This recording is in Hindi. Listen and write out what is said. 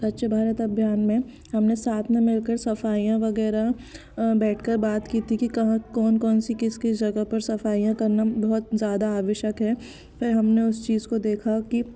स्वच्छ भारत के अभियान में हमने साथ में मिलकर सफाइयाँ वगैरह बैठ बात की थी कि कहा कौन कौन सी किस किस जगह पर सफाईयाँ करना बहुत ज़्यादा आवश्यक है फिर हमने उस चीज को देखा की